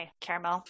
caramel